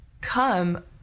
come